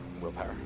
willpower